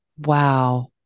Wow